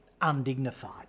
undignified